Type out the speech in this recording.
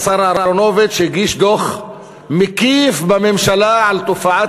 השר אהרונוביץ הגיש דוח מקיף בממשלה על תופעת